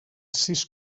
sis